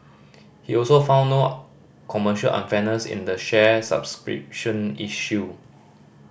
he also found no commercial unfairness in the share subscription issue